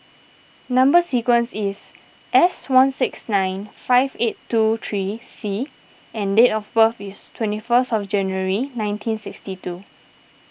Number Sequence is S one six nine five eight two three C and date of birth is twenty first of January nineteen sixty two